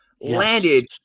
landed